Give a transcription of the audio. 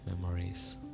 memories